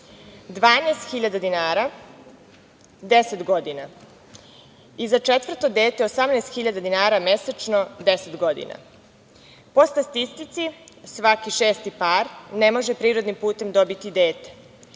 12.000 dinara 10 godina i za četvrto dete 18.000 dinara mesečno 10 godina. Po statistici, svaki šesti par ne može prirodnim putem dobiti dete.